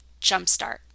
jumpstart